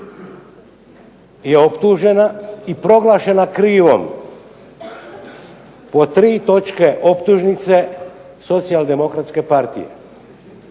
je optužena i proglašena krivom po tri točke optužnice Socijaldemokratske partije.